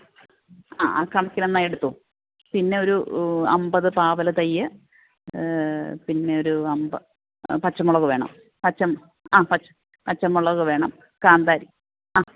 ആ കണക്കിന് എന്നാൽ എടുത്തോ പിന്നെ ഒരു അമ്പത് പ്ലാവിൻ തയ്യ് പിന്നെ ഒര് അമ്പ പച്ചമുളക് വേണം പച്ച ആ പച്ചമുളക് വേണം കാന്താരി ആ